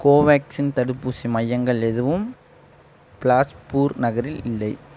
கோவேக்சின் தடுப்பூசி மையங்கள் எதுவும் பிலாஸ்பூர் நகரில் இல்லை